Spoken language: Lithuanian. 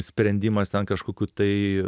sprendimas ten kažkokių tai